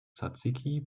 tsatsiki